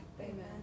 Amen